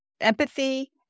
empathy